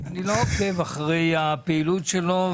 עוקב אחרי הפעילות שלו.